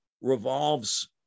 revolves